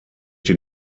den